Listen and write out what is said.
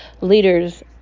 leaders